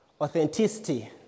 authenticity